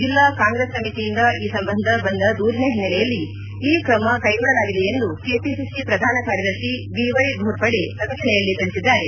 ಜಿಲ್ಲಾ ಕಾಂಗ್ರೆಸ್ ಸಮಿತಿಯಿಂದ ಈ ಸಂಬಂಧ ಬಂದ ದೂರಿನ ಹಿನ್ನೆಲೆಯಲ್ಲಿ ಈ ಕ್ರಮ ಕೈಗೊಳ್ಳಲಾಗಿದೆಯೆಂದು ಕೆಪಿಸಿಸಿ ಪ್ರಧಾನ ಕಾರ್ಯದರ್ಶಿ ಎ ವೈ ಘೋರ್ಪಡೆ ಪ್ರಕಟಣೆಯಲ್ಲಿ ತಿಳಿಸಿದ್ದಾರೆ